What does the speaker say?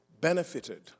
benefited